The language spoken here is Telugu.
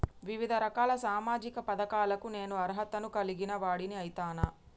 వివిధ రకాల సామాజిక పథకాలకు నేను అర్హత ను కలిగిన వాడిని అయితనా?